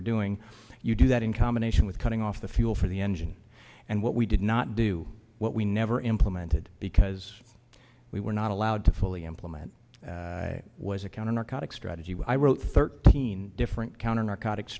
were doing you do that in combination with cutting off the fuel for the engine and what we did not do what we never implemented because we were not allowed to fully implement was a counter narcotics strategy when i wrote thirteen different counter narcotic